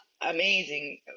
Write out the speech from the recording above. amazing